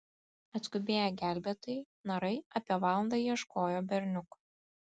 atskubėję gelbėtojai narai apie valandą ieškojo berniuko